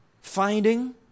Finding